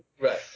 right